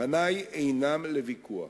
פני אינם לוויכוח,